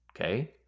Okay